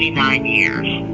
nine years